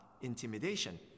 intimidation